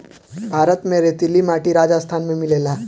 भारत में रेतीली माटी राजस्थान में मिलेला